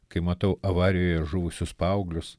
kai matau avarijoje žuvusius paauglius